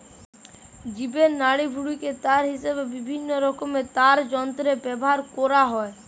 জীবের নাড়িভুঁড়িকে তার হিসাবে বিভিন্নরকমের তারযন্ত্রে ব্যাভার কোরা হয়